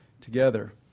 together